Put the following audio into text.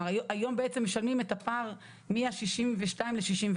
היום בעצם משלמים את הפער מ-62 ל-64.